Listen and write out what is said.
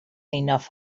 enough